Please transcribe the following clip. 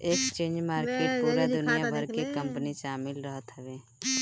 exchange market पूरा दुनिया भर के कंपनी शामिल रहत हवे